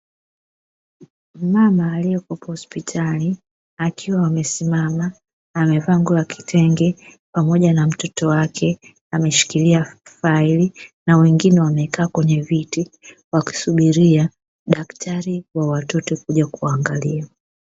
Mama aliyekuwepo hospitali, akiwa amesimama amevaa nguo ya kitenge, pamoja na mtoto wake ameshikilia faili, na wengine wamekaa kwenye viti wakisubiria daktari wa watoto kuja kuwaangalia.